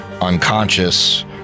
unconscious